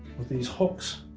with these hooks